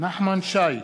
נחמן שי,